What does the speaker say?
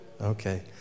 Okay